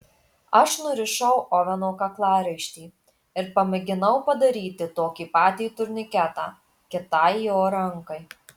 aš nurišau oveno kaklaraištį ir pamėginau padaryti tokį patį turniketą kitai jo rankai